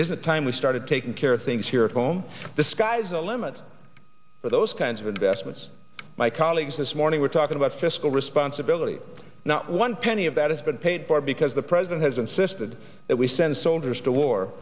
the time we started taking care of things here at home the sky's the limit for those kinds of investments my colleagues this morning we're talking about fiscal responsibility not one penny of that has been paid for because the president has insisted that we send soldiers to war